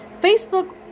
Facebook